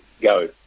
go